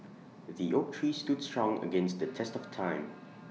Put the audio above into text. the oak tree stood strong against the test of time